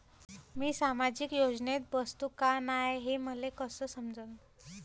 मी सामाजिक योजनेत बसतो का नाय, हे मले कस समजन?